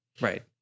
Right